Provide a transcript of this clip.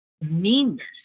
meanness